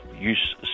use